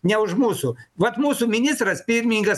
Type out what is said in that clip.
ne už mūsų vat mūsų ministras pirmininkas